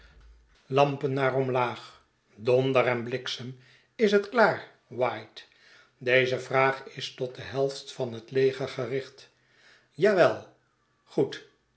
lampen naar omlaag donder en bliksem is het klaar white deze vraag is tot de helft van het leger gericht ja wel goed